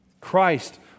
Christ